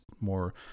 more